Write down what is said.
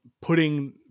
putting